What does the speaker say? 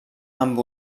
amb